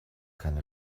keine